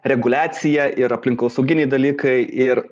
reguliacija ir aplinkosauginiai dalykai ir